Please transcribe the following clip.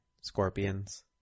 scorpions